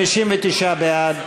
מי בעד?